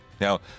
Now